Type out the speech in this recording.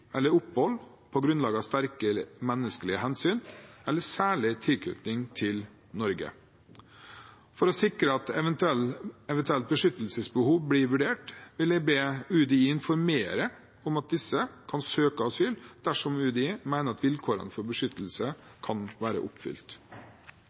eller opphold på grunnlag av sterkt menneskelige hensyn eller særlig tilknytning til Norge. For å sikre at eventuelle beskyttelsesbehov blir vurdert, vil jeg be UDI informere om at disse kan søke asyl dersom UDI mener at vilkårene for beskyttelse